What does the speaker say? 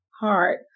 hard